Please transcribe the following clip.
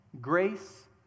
Grace